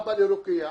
אבא לרוקח,